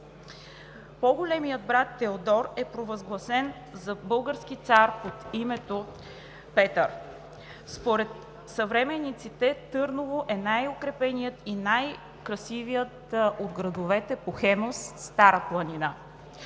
по-големият брат Теодор е провъзгласен за български цар под името Петър. Според съвременниците Търново е най-укрепеният и най-красивият от градовете по Хемус – Стара планина,